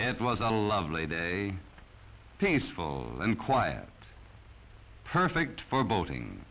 it was a lovely day peaceful and quiet perfect for boating